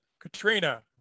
Katrina